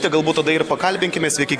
taik galbūt tada ir pakalbinkime sveiki